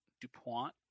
dupont